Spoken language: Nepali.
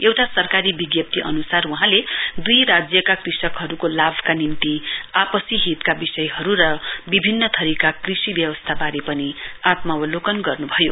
एउटा सरकारी विज्ञप्ती अनुसार वहाँले दुइ राज्यका कृषकहरूको लाभका निम्ति आपसी हितका विषयहरू र विभिन्न थरीका कृषि व्यवस्थाबारे पनि आत्मावलोकन गर्नु भयो